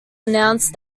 announced